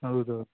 ಹೌದೌದು